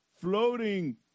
floating